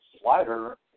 Slider